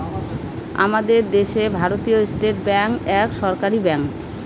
আমাদের দেশে ভারতীয় স্টেট ব্যাঙ্ক এক সরকারি ব্যাঙ্ক